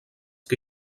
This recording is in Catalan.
que